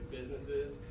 businesses